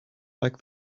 like